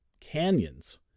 canyons